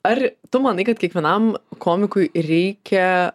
ar tu manai kad kiekvienam komikui reikia